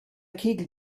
kegel